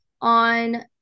on